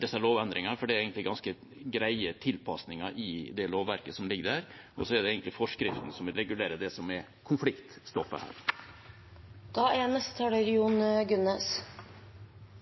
disse lovendringene, for det er egentlig ganske greie tilpasninger i det lovverket som ligger der. Så er det egentlig forskriften som vil regulere det som er konfliktstoffet